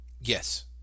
Yes